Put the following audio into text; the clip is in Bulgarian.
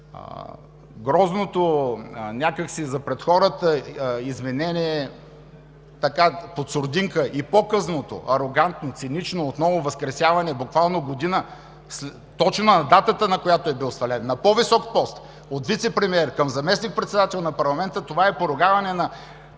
Грозното някак си за пред хората извинение, така под сурдинка, и показното, арогантно, цинично възкресяване отново – буквално година, точно на датата, на която е бил свален, на по-висок пост от вицепремиер към заместник-председател на парламента – това е поругаване на